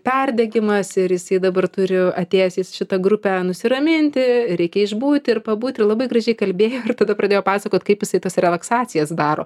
perdegimas ir jisai dabar turi atėjęs į šitą grupę nusiraminti reikia išbūti ir pabūt ir labai gražiai kalbėjo ir tada pradėjo pasakot kaip jisai tas relaksacijas daro